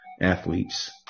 athletes